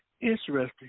interesting